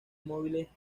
móviles